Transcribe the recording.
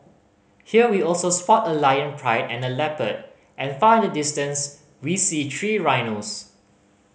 here we also spot a lion pride and a leopard and far in the distance we see three rhinos